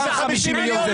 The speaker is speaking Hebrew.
איזה 50 מיליון?